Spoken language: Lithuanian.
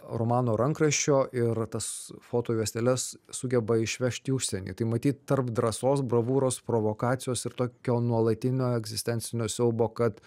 romano rankraščio ir tas fotojuosteles sugeba išvežt į užsienį tai maty tarp drąsos bravūros provokacijos ir tokio nuolatinio egzistencinio siaubo kad